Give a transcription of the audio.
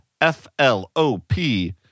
F-L-O-P